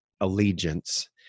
allegiance